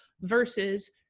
versus